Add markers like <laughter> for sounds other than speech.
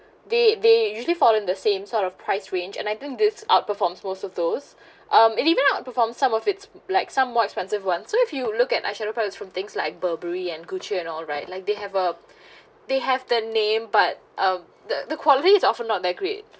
they they usually fall in the same sort of price range and I think this outperforms most of those <breath> um it even outperformed some of its like some more expensive [one] so if you look at eye shadow palette from things like Burberry and Gucci and all right like they have a <breath> they have the name but uh the the quality is often not that great